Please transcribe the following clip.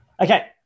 okay